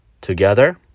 together